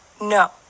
no